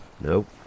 Nope